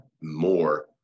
more